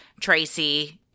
Tracy